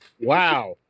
wow